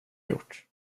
gjort